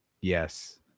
Yes